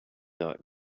not